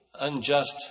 unjust